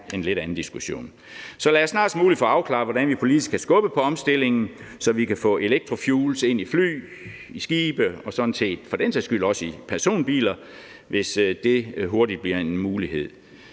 en lidt anden diskussion. Så lad os snarest muligt få afklaret, hvordan vi politisk skal skubbe på omstillingen, så vi kan få electrofuels ind i fly, i skibe og sådan set for den sags skyld også i personbiler, hvis det hurtigt bliver en mulighed.